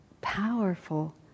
powerful